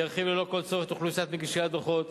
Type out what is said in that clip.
ירחיב ללא כל צורך את אוכלוסיית מגישי הדוחות,